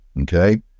Okay